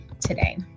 today